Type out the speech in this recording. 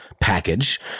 package